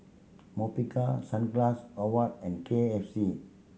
Mobike Sunglass oh what and K F C